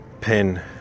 pin